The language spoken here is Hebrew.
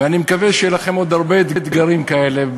ואני מקווה שיהיו לכם עוד הרבה אתגרים כאלה,